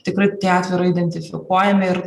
tikrai tie atvejai yra identifikuojami ir